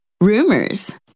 rumors